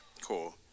cool